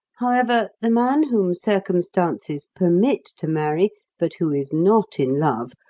however, the man whom circumstances permit to marry but who is not in love,